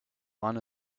want